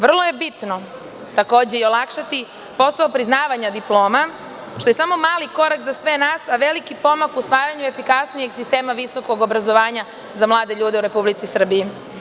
Vrlo je bitno takođe i olakšati posao priznavanja diploma, što je samo mali korak za sve nas, a veliki pomak u usvajanju efikasnijeg sistema visokog obrazovanja za mlade ljude u Republici Srbiji.